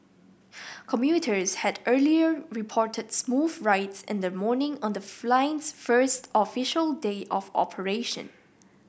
commuters had earlier reported smooth rides in the morning on the flying first official day of operation